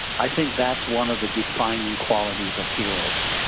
i think that's one of the defining qualities of heroes.